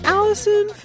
Allison